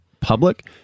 public